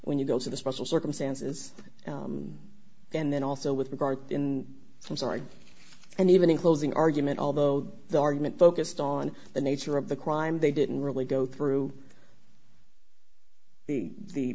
when you go to the special circumstances and then also with regard in some sort and even in closing argument although the argument focused on the nature of the crime they didn't really go through the